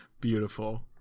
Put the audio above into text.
Beautiful